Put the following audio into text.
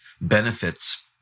benefits